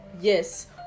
Yes